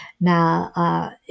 now